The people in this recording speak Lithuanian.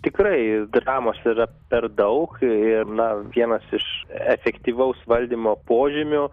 tikrai dinamos yra per daug ir na vienas iš efektyvaus valdymo požymių